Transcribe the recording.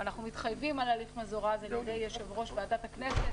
שעליו אנחנו מתחייבים, על ידי יושב-ראש ועדת הכנסת